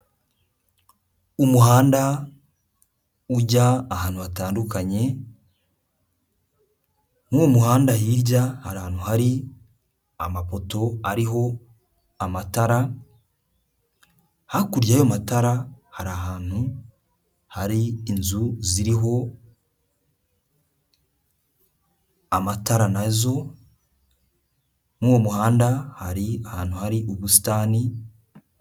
Umuhanda ujya ahantu hatandukanye, muri uyu muhanda hirya ahantu hari amapoto ariho amatara, hakurya y'ayo matara hari ahantu hari inzu ziriho amatara nazo, muri uwo muhanda hari ahantu hari ubusitani.